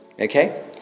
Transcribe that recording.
Okay